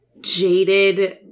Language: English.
jaded